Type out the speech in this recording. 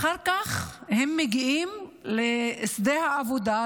אחר כך הם מגיעים לשדה העבודה,